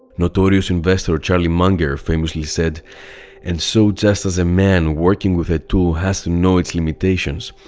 notorious investor charlie munger famously said and so just as a man working with a tool has to know its limitations,